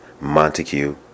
Montague